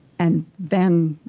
and then